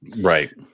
Right